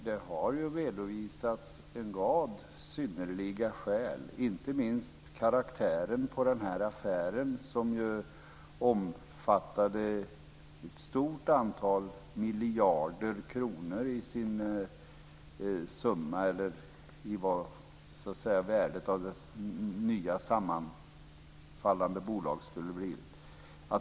Fru talman! Det har redovisats en rad synnerliga skäl, inte minst karaktären på affären - som omfattade ett stort antal miljarder kronor i värdet av det nya sammanslagna bolaget.